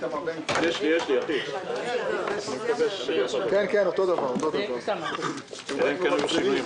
--- אין שום דבר סיסטמתי.